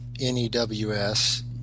N-E-W-S